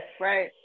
Right